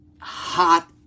hot